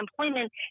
unemployment